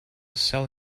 sell